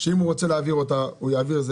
שאם הוא רוצה להעביר אותה הוא יעביר,